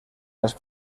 las